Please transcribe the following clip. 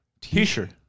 T-shirt